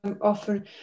often